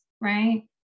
right